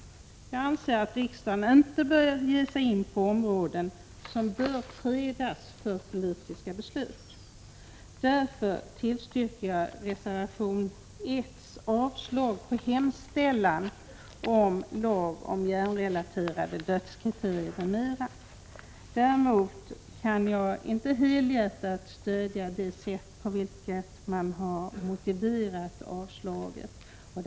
Jag anser att riksdagen inte bör ge sig in på områden som bör fredas för politiska beslut. Därför tillstyrker jag reservationern 1 med yrkande om avslag på hemställan om lag om hjärnrelaterade dödskriterier. Däremot kan jag inte helhjärtat stödja det sätt på vilket man motiverat avslagsyrkandet.